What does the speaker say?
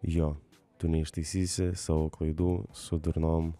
jo tu neištaisysi savo klaidų su durnom